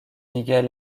miguel